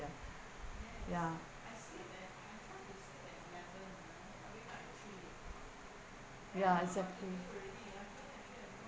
ya ya it's up to